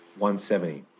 170